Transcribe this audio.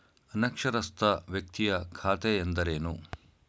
ಅನಕ್ಷರಸ್ಥ ವ್ಯಕ್ತಿಯ ಖಾತೆ ಎಂದರೇನು?